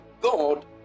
God